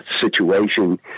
situation